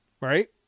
Right